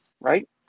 right